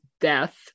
death